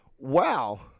Wow